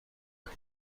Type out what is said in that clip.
داد